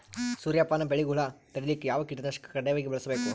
ಸೂರ್ಯಪಾನ ಬೆಳಿಗ ಹುಳ ತಡಿಲಿಕ ಯಾವ ಕೀಟನಾಶಕ ಕಡ್ಡಾಯವಾಗಿ ಬಳಸಬೇಕು?